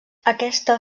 aquesta